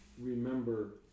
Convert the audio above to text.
remember